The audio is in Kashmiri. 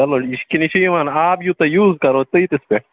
چَلو یہِ کِنہٕ یہِ چھُ یِوان آب یوٗتاہ یوٗز کَرو تیٖتِس پٮ۪ٹھ